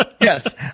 Yes